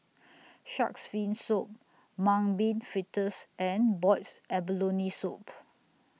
Shark's Fin Soup Mung Bean Fritters and boiled abalone Soup